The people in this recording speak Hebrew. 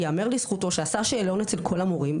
ייאמר לזכותו שעשה שאלון אצל כל המורים,